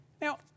Now